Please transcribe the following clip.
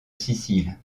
sicile